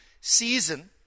season